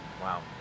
Wow